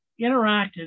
interacted